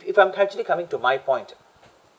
if I'm actually coming to my point